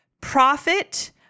profit